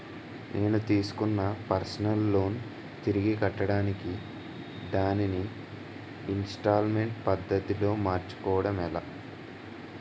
నేను తిస్కున్న personal loan తిరిగి కట్టడానికి దానిని ఇంస్తాల్మేంట్ పద్ధతి లో మార్చుకోవడం ఎలా?